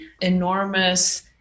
enormous